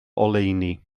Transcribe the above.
oleuni